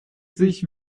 sich